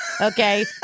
okay